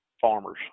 farmers